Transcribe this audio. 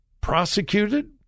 prosecuted